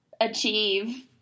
achieve